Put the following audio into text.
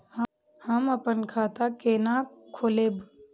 हम अपन खाता केना खोलैब?